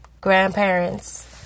grandparents